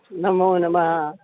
नमो नमः